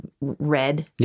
red